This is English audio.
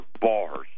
bars